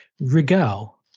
Regal